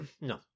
no